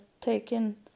taken